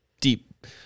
deep